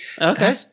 Okay